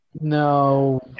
No